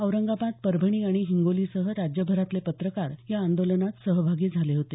औरंगाबाद परभणी आणि हिंगोलीसह राज्यभरातले पत्रकार या आंदोलनात सहभागी झाले होते